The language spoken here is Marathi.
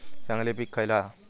चांगली पीक खयला हा?